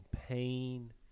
pain